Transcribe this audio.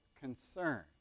concern